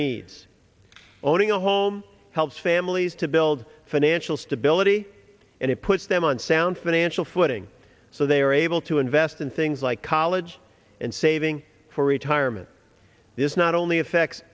their needs owning a home helps families to build financial stability and it puts them on sound financial footing so they are able to invest in things like college and saving for retirement this not only affects